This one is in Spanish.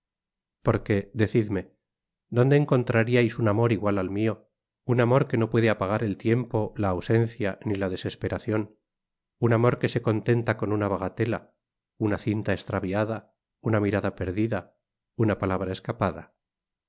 decidme dónde encontraríais un amor igual al mio un amor que no puede apagar el tiempo la ausencia ni la desesperacion un amor que se contenta con una bagatela una cinta estraviada una mirada perdida una palabra escapada